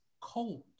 cold